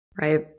Right